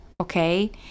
okay